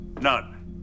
None